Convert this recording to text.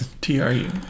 T-R-U